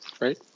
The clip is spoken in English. right